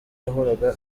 yahoraga